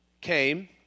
came